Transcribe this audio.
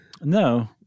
No